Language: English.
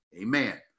Amen